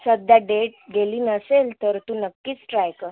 सध्या डेट गेली नसेल तर तू नक्कीच ट्राय कर